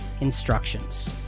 instructions